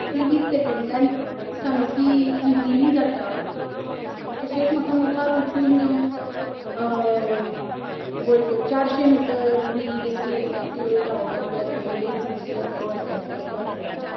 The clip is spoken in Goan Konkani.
ती वीस सेकेंडान सामकी इजिली जाता तशेंच म्हाका मुखार वचून व्हडल्यो चारशे मिटर बी रेसी आसात त्यो धांवपाक जाय थंय एक मातसो रिकोर्ड सेट करपाक जाय